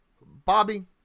Bobby